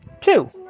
two